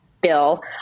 bill